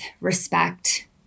respect